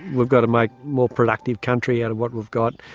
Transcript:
we've got to make more productive country out of what we've got,